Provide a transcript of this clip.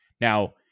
Now